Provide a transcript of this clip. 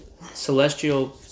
celestial